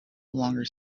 longer